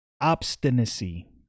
obstinacy